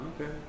Okay